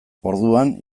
orduan